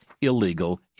illegal